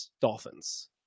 Dolphins